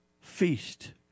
feast